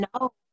no